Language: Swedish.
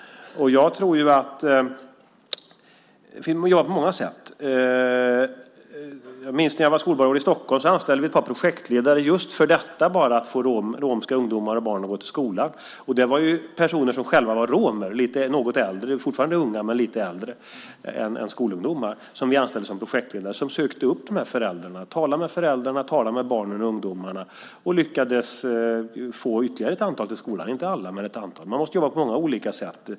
Man kan göra på många sätt. När jag var skolborgarråd i Stockholm anställde vi ett par projektledare för att få romska barn och ungdomar att gå till skolan. Det var personer som själva var romer. De var något äldre, fortfarande unga, men lite äldre än skolungdomar. Vi anställde dem som projektledare. De sökte upp föräldrarna och talade med dem och med barnen och ungdomarna. De lyckades få ytterligare ett antal till skolan - inte alla, men ett antal. Man måste göra på många olika sätt.